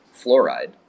fluoride